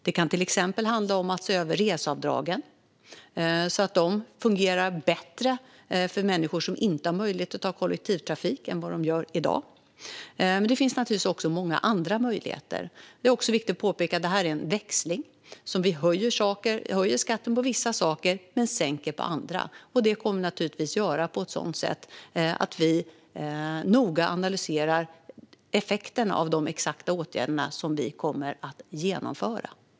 Det kan till exempel handla om att se över reseavdragen, så att de fungerar bättre för människor som inte har möjlighet att använda kollektivtrafik än vad de gör i dag. Men det finns naturligtvis också många andra möjligheter. Det är också viktigt att påpeka att detta är en växling. Vi höjer skatten på vissa saker men sänker den på andra. Det kommer vi naturligtvis att göra på ett sådant sätt att vi noga analyserar effekten av de exakta åtgärder som vi kommer att vidta.